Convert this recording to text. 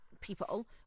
people